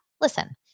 listen